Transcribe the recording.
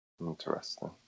Interesting